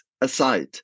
aside